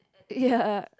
ya